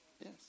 Yes